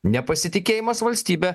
nepasitikėjimas valstybe